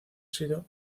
sido